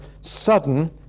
sudden